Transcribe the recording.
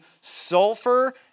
sulfur